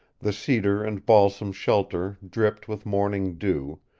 the cedar and balsam shelter dripped with morning dew,